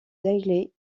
dailly